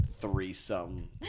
Threesome